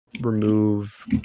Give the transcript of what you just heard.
remove